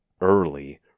early